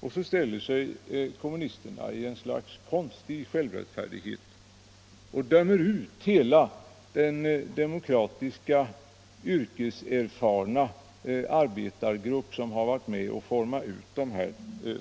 Och så dömer kommunisterna i ett slags självrättfärdighet ut hela den demokratiska, yrkeserfarna arbetargrupp som varit med om att forma